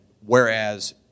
whereas